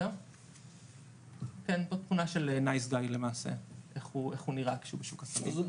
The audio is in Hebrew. יש פה תמונה של נייס גאי למעשה איך הוא נראה כשהוא בשוק הסמים.